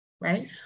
right